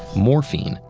morphine,